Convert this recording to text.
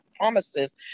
promises